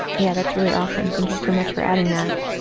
yeah that's really awesome. thank you so much for adding that.